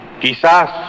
Quizás